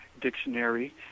Dictionary